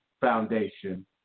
foundation